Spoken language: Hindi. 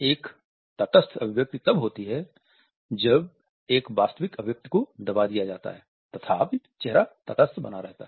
एक तटस्थ अभिव्यक्ति तब होती है जब एक वास्तविक अभिव्यक्ति को दबा दिया जाता है तथापि चेहरा तटस्थ बना रहता है